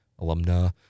alumna